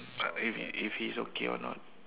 uh if if he's okay or not